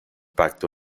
pacto